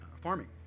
farming